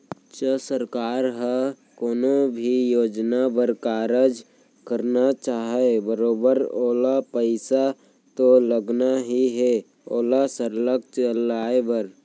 च सरकार ह कोनो भी योजना बर कारज करना चाहय बरोबर ओला पइसा तो लगना ही हे ओला सरलग चलाय बर